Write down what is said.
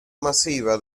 masiva